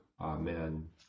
Amen